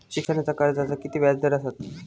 शिक्षणाच्या कर्जाचा किती व्याजदर असात?